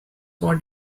watt